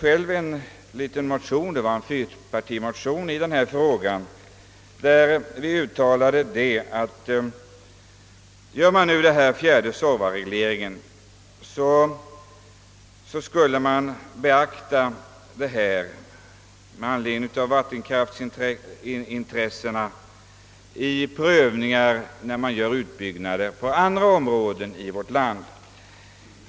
I en fyrpartimotion i den här frågan, där jag är med, uttalar vi, att om man nu medger den fjärde suorvaregleringen, så bör denna vinst för vattenkraftsintressena beaktas vid prövning av ytterligare utbyggnader av vattenkraft i vårt land.